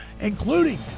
including